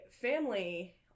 family